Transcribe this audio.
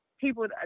people